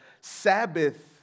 Sabbath